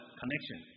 connection